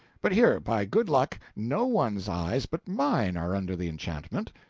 but here, by good luck, no one's eyes but mine are under the enchantment,